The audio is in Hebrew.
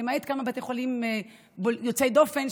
למעט כמה בתי חולים יוצאי דופן,